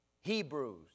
Hebrews